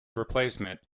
replacement